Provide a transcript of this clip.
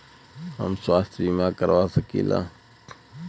हम स्वास्थ्य बीमा करवा सकी ला?